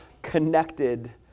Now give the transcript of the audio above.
connected